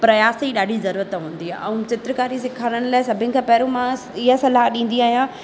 प्रयास ई ॾाढी ज़रूरत हूंदी आहे ऐं चित्रकारी सेखारण लाइ सभिनि खां पहिरियों मां हीअ सलाह ॾींदी आहियां